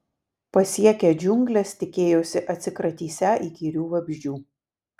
pasiekę džiungles tikėjosi atsikratysią įkyrių vabzdžių